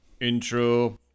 Intro